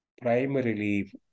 primarily